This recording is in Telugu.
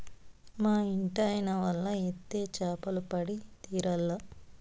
మా ఇంటాయన వల ఏత్తే చేపలు పడి తీరాల్ల